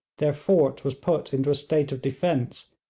their fort was put into a state of defence,